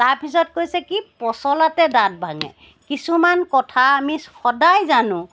তাৰপিছত কৈছে কি পচলাতে দাঁত ভাঙে কিছুমান কথা আমি সদাই জানো